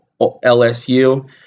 LSU